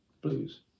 blues